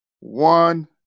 One